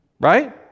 right